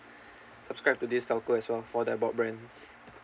subscribe to this telco as well for that broadband